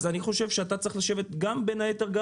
אני חושב שאתה צריך לשבת בין היתר גם